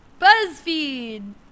BuzzFeed